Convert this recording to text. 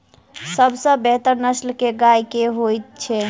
सबसँ बेहतर नस्ल केँ गाय केँ होइ छै?